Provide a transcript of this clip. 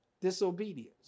disobedience